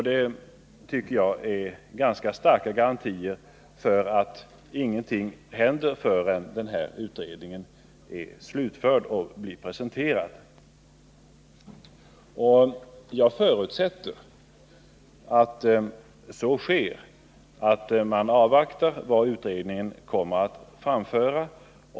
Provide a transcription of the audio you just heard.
Det tycker jag ger ganska starka garantier för att ingenting händer förrän denna utredning är slutförd och har presenterats. Jag förutsätter att man avvaktar vad utredningen kommer att framföra.